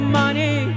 money